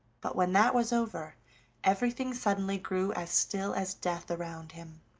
but when that was over everything suddenly grew as still as death around him.